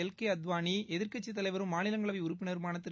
L K Advani எதிர்க்கட்சித் தலைவரும் மாநிலங்களவை உறுப்பினருமான திரு